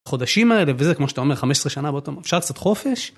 חודשים האלה וזה כמו שאתה אומר 15 שנה באותו אפשר קצת חופש.